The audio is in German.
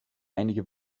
einige